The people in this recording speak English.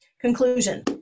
conclusion